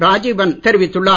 ராஜீவன் தெரிவித்துள்ளார்